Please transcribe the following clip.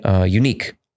unique